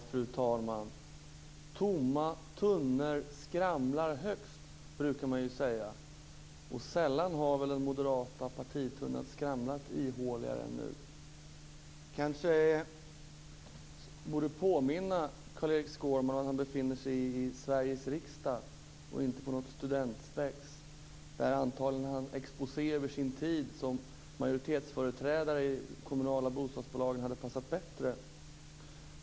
Fru talman! Tomma tunnor skramlar mest, brukar man säga. Och sällan har väl den moderata partitunnan skramlat ihåligare än nu. Jag kanske borde påminna Carl-Erik Skårman om att han befinner sig i Sveriges riksdag och inte på något studentspex, där hans exposé över sin tid som majoritetsföreträdare i de kommunala bostadsbolagen antagligen hade passat bättre.